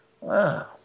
Wow